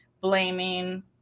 blaming